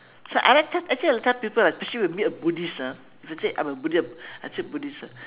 so I like that actually a type of people especially we meet a buddhist ah if they say I'm a buddhism I say buddhist ah